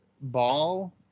ball